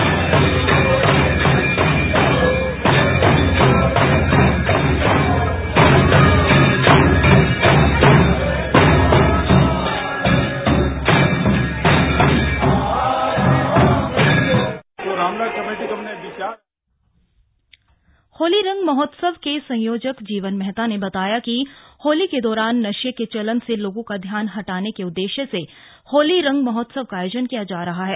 bite खड़ी Holi ambience Holi रंग महोत्सव के संयोजक जीवन मेहता ने बताया कि होली के दौरान नशे के चलन से लोगो का ध्यान हटाने के उद्देश्य से होली रंग महोत्सव का आयोजन किया जा रहा है